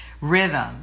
Rhythm